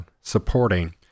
supporting